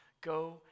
Go